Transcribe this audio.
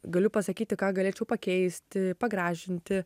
galiu pasakyti ką galėčiau pakeisti pagražinti